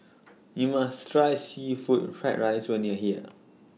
YOU must Try Seafood Fried Rice when YOU Are here